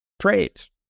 trades